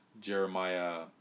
Jeremiah